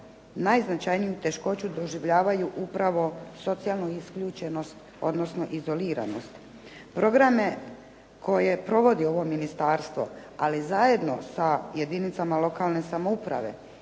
najznačajniju teškoću doživljavaju upravo socijalnu isključenost, odnosno izoliranost. Programe koje provodi ovo ministarstvo ali zajedno sa jedinicama lokalne samouprave